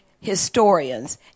historians